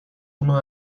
uno